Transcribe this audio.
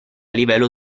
livello